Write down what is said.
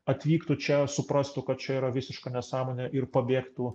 atvyktų čia suprastų kad čia yra visiška nesąmonė ir pabėgtų